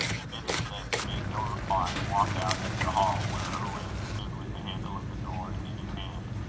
he bit his lip, made no reply, and walked out into the hall, where irwan stood with the handle of the door in his hand,